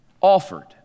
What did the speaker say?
offered